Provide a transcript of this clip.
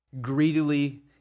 greedily